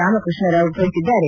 ರಾಮಕೃಷ್ಣ ರಾವ್ ತಿಳಿಸಿದ್ದಾರೆ